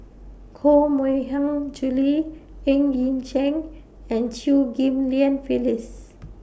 Koh Mui Hiang Julie Ng Yi Sheng and Chew Ghim Lian Phyllis